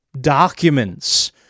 documents